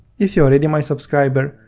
if you are already my subscriber,